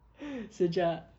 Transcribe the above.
sejak